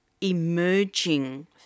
emerging